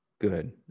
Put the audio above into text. good